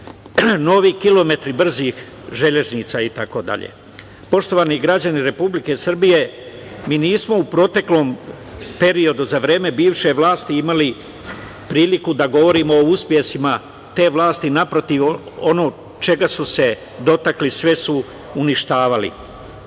novi kilometri brzih železnica itd. Poštovani građani Republike Srbije, mi nismo u proteklom periodu za vreme bivše vlasti imali priliku da govorimo o uspesima te vlati. Naprotiv, ono čega su se dotakli, sve su uništavali. Ovih